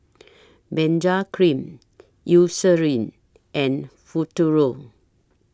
Benzac Cream Eucerin and Futuro